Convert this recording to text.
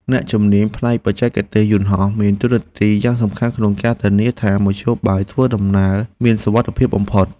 អ្នកជំនាញផ្នែកបច្ចេកទេសយន្តហោះមានតួនាទីយ៉ាងសំខាន់ក្នុងការធានាថា មធ្យោបាយធ្វើដំណើរមានសុវត្ថិភាពបំផុត។